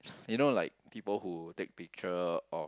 you know like people who take picture of